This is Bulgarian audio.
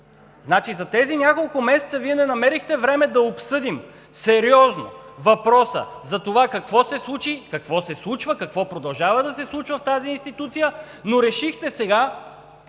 за тези няколко месеца Вие не намерихте време да обсъдим сериозно въпроса за това какво се случи, какво се случва, какво продължава да се случва в тази институция, но решихте сега,